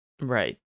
Right